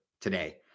today